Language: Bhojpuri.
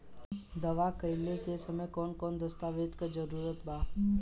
दावा कईला के समय कौन कौन दस्तावेज़ के जरूरत बा?